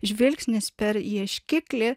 žvilgsnis per ieškiklį